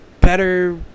better